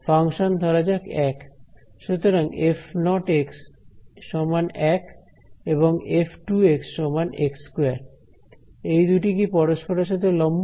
function ধরা যাক 1 সুতরাং f 0 1 এবং f 2 x2 এই দুটি কি পরস্পরের সাথে লম্ব